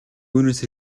үүнээс